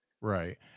Right